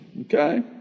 Okay